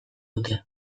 dute